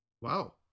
Wow